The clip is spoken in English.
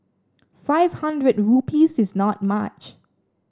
five hundred rupees is not much